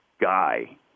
guy